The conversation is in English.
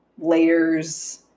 layers